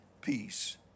peace